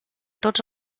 tots